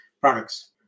products